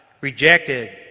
rejected